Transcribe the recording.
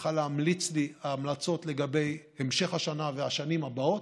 שצריכה להמליץ לי המלצות על המשך השנה והשנים הבאות.